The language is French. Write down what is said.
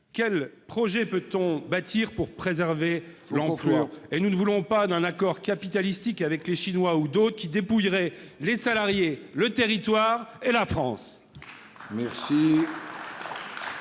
qui engage peut-on bâtir pour préserver l'emploi ? Il faut conclure ! Nous ne voulons pas d'un accord capitalistique avec les Chinois ou d'autres qui dépouillerait les salariés, le territoire et la France.